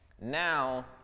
now